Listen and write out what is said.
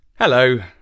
Hello